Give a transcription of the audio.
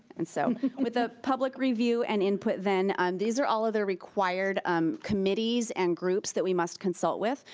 and so with the public review and input then, um these are all of the required um committees and groups that we must consult with.